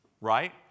right